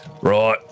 Right